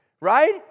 Right